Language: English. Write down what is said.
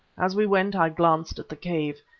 as we went i glanced at the cave.